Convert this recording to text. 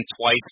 twice